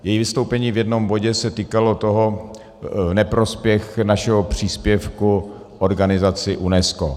Její vystoupení v jednom bodě se týkalo toho v neprospěch našeho příspěvku organizaci UNESCO.